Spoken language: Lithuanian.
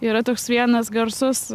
yra toks vienas garsas